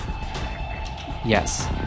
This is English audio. Yes